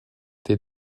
des